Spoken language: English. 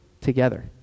together